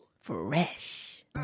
Fresh